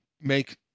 make